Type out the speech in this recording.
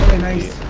ah nice